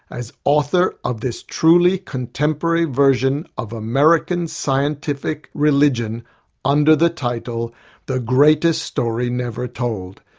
as author of this truly contemporary version of american scientific religion under the title the greatest story never told.